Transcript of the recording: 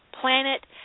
planet